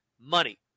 money